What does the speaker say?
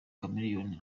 chameleone